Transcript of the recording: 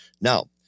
Now